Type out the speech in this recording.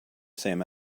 same